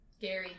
Gary